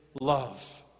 love